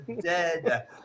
dead